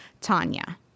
Tanya